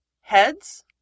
heads